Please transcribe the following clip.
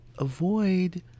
avoid